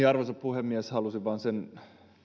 arvoisa puhemies halusin vain